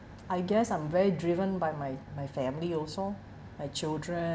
I guess I'm very driven by my my family also my children